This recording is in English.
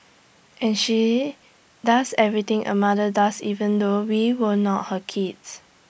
and she does everything A mother does even though we were not her kids